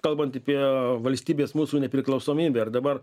kalbant apie valstybės mūsų nepriklausomybę ir dabar